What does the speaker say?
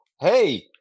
hey